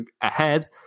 ahead